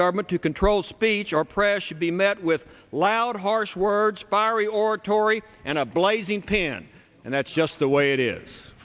government to control speech or press should be met with loud harsh words fiery oratory and a blazing pin and that's just the way it is